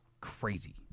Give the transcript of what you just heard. Crazy